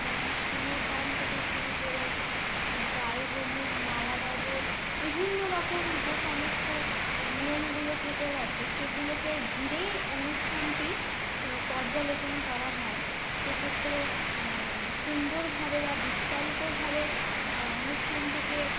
যেমন সিঁদুর দান থেকে শুরু করে গায়ে হলুদ মালাবদল বিভিন্ন রকম যে সমস্ত নিয়মগুলো থেকে গিয়েছে সেগুলোকে ঘিরেই অনুষ্ঠানটি পর্যালোচনা করা হয় সে ক্ষেত্রে সুন্দরভাবে বা বিস্তারিতভাবে অনুষ্ঠানটিকে